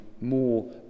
more